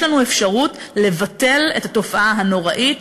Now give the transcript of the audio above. יש לנו אפשרות לבטל את התופעה הנוראית